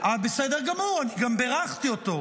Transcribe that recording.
בסדר גמור, גם אני בירכתי אותו.